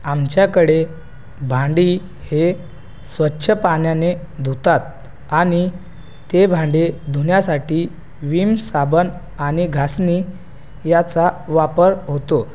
आमच्याकडे भांडी हे स्वच्छ पाण्याने धुतात आणि ते भांडे धुण्यासाठी विम साबण आणि घासणी याचा वापर होतो